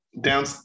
down